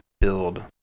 build